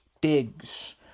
digs